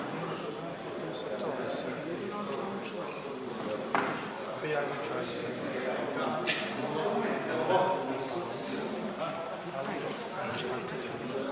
Hvala vam